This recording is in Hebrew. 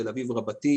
תל אביב וחיפה,